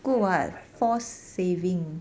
that's quite a lot